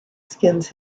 skins